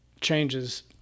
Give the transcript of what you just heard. changes